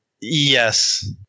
yes